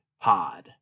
pod